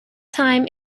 time